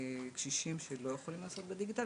לקשישים שהם לא יכולים לעשות בדיגיטל,